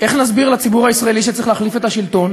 איך נסביר לציבור הישראלי שצריך להחליף את השלטון?